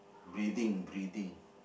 breathing breathing